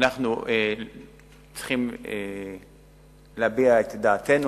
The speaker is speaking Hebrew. אנחנו צריכים להביע את דעתנו,